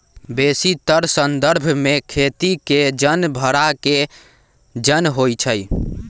बेशीतर संदर्भ में खेती के जन भड़ा के जन होइ छइ